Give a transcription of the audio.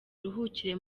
uruhukire